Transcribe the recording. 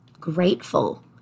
Grateful